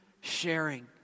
sharing